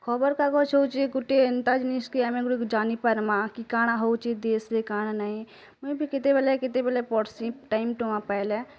ଖବର୍ କାଗଜ୍ ହୋଉଛି ଗୁଟେ ଏନ୍ତା ଜିନିଷ୍ କି ଆମେ ଗୁଟେ ଯାନି ପାର୍ମା କି କାଣା ହୋଉଛି କି ଦେଶ୍ ରେ କାଣା ନାଁଇ ମୁଁଇ ବି କେତେବେଳେ କେତେବେଳେ ପଢ଼ସି ଟାଇମ୍ ଟୁମା ପାଇଲେ